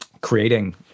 creating